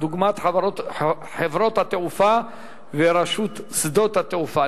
דוגמת חברות התעופה ורשות שדות התעופה.